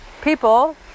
people